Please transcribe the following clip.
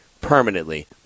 permanently